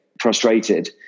frustrated